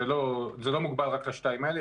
זה לא מוגבל רק לשתיים האלו.